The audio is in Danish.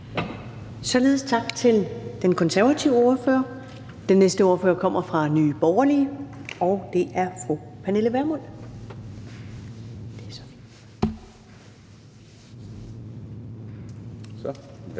Således tak til den konservative ordfører. Den næste ordfører kommer fra Nye Borgerlige, og det er fru Pernille Vermund. Kl.